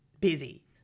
busy